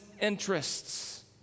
interests